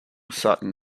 sutton